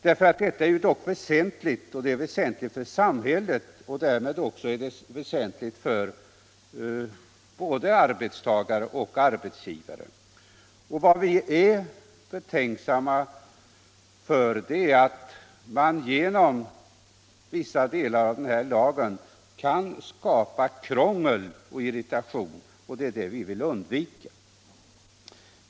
Detta är dock väsentligt för samhället och därmed även väsentligt för både arbetstagare och arbetsgivare. Vad vi är betänksamma emot är att man genom vissa delar av denna lag kan skapa krångel och irritation, och det är det vi vill undvika.